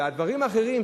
והדברים האחרים,